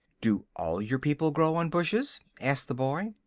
do all your people grow on bushes? asked the boy.